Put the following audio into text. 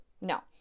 No